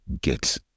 get